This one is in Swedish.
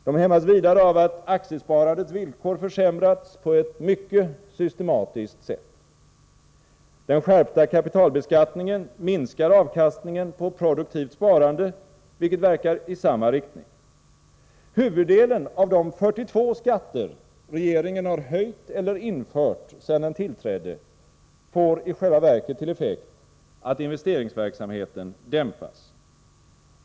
De hämmas vidare av att aktiesparandets villkor försämrats på ett mycket systematiskt sätt. Den skärpta kapitalbeskattningen minskar avkastningen på produktivt sparande, vilket verkar i samma riktning. Huvuddelen av de 42 skatter regeringen har höjt eller infört sedan den trädde till får i själva verket till effekt att investeringsverksamheten dämpas.